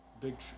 big